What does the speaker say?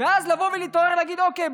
ואז לבוא ולהתעורר להגיד: אוקיי,